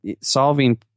solving